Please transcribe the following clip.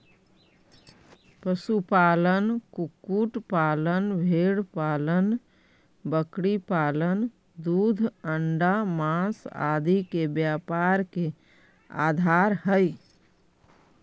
पशुपालन, कुक्कुट पालन, भेंड़पालन बकरीपालन दूध, अण्डा, माँस आदि के व्यापार के आधार हइ